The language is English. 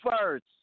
first